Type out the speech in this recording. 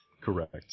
Correct